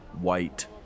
white